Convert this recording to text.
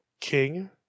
king